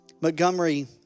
Montgomery